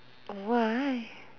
why